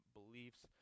beliefs